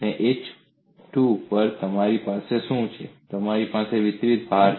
H ભાગ્યા 2 પર તમારી પાસે શું છે તમારી પાસે વિતરિત ભાર છે